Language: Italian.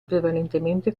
prevalentemente